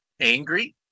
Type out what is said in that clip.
angry